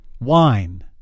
wine